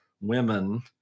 women